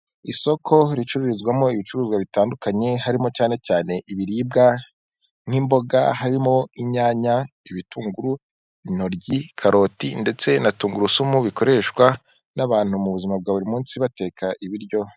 Isoko ricururizwamo ibicuruzwa bitandukanye harimo cyane cyane ibiribwa nk'imboga, harimo inyanya, ibitunguru, intoryi, karoti ndetse na tungurusumu, bikoreshwa n'abantu mu buzima bwa buri munsi bateka ibiryo.